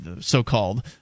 so-called